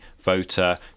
voter